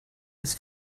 ist